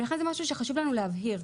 זה דבר שחשוב לנו להבהיר.